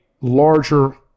larger